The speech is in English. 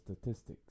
statistics